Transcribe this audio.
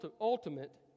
ultimate